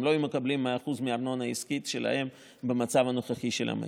הן לא היו מקבלות 100% מהארנונה העסקית שלהן במצב הנוכחי של המשק.